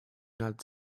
united